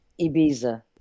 Ibiza